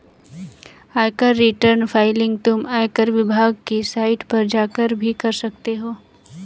आयकर return filing तुम आयकर विभाग की साइट पर जाकर भी कर सकते हो